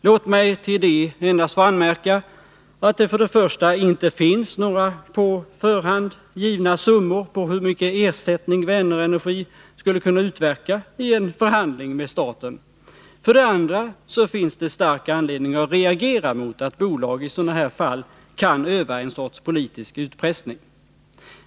Låt mig till det endast få anmärka att det för det första inte finns några på förhand givna summor vad gäller storleken på den ersättning Vänerenergi skulle kunna utverka i en förhandling med staten. För det andra finns det stark anledning att reagera mot att bolag i sådana här fall kan öva en sorts politisk utpressning.